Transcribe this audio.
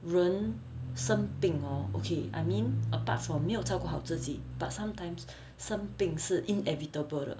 人生病 hor okay I mean apart from 没有照顾好自己 but sometimes some 病是 inevitable 的